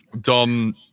dom